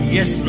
Yes